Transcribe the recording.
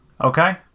Okay